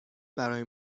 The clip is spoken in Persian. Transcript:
برای